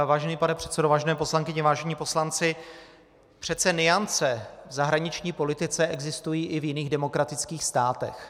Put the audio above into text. Vážený pane předsedo, vážené poslankyně, vážení poslanci, přece nuance v zahraniční politice existují i v jiných demokratických státech.